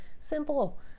Simple